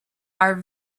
are